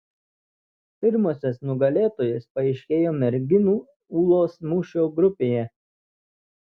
pirmosios nugalėtojos paaiškėjo merginų ūlos mūšio grupėje